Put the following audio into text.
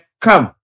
come